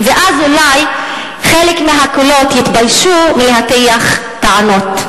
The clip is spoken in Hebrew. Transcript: ואז אולי חלק מהקולות יתביישו להטיח טענות.